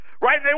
Right